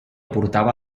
portava